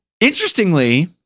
interestingly